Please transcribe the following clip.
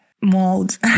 mold